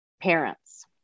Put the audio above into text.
parents